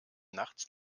nachts